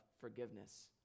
forgiveness